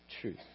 truth